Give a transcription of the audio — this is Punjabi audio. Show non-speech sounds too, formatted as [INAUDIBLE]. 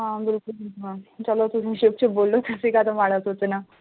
ਹਾਂ ਬਿਲਕੁਲ [UNINTELLIGIBLE] ਚਲੋ ਤੁਸੀਂ ਸ਼ੁੱਭ ਸ਼ੁੱਭ ਬੋਲੋ ਤੁਸੀਂ ਕਾਹਤੋਂ ਮਾੜਾ ਸੋਚਣਾ